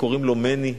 קוראים לו מני.